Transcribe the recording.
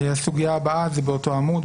הסוגיה הבאה זה באותו עמוד,